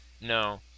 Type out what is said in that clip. No